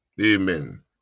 amen